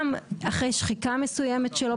גם אחרי שחיקה מסוימת שלו,